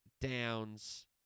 downs